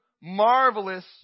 marvelous